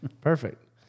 Perfect